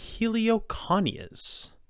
heliconias